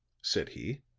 said he.